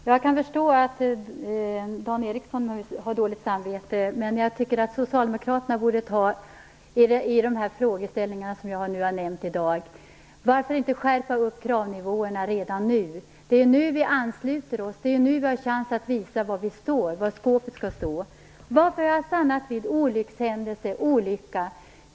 Herr talman! Jag kan förstå att Dan Ericsson har dåligt samvete. Men jag tycker att socialdemokraterna borde ta tag i de frågor som jag har nämnt här i dag. Varför inte skärpa kraven redan nu? Det är nu som vi ansluter oss och har chans att visa var skåpet skall stå. Lars G Linder undrade varför jag hade stannat vid olyckshändelser.